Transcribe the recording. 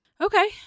Okay